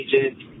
agent